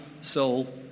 soul